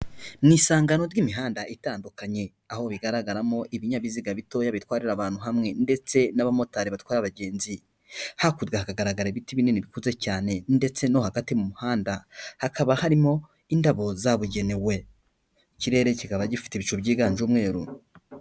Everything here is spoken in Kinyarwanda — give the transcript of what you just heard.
Mu isangano ry'imihanda itandukanye, aho bigaragaramo ibinyabiziga bitoya bitwarira abantu hamwe ndetse n'abamotari batwara abagenzi, hakurya hagaragara ibiti binini bipfutse cyane ndetse no hagati mu muhanda, hakaba harimo indabo zabugenewe ikirere kikaba gifite ibicu byiganje umweru.